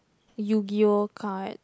yu-gi-oh card